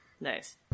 Nice